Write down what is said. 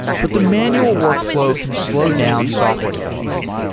but the manual workflow can slowdown software development.